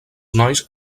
nois